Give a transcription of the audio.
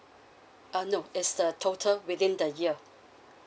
uh no it's the total within the year